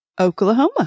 Oklahoma